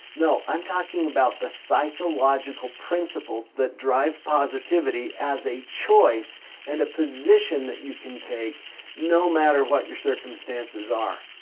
no. i'm talking about the psychological principles that drive positivity as a choice and a position that you can take no matter what your circumstances are.